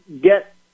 get